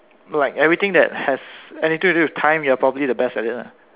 like everything that has anything to do with time you are probably the best at it lah